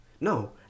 No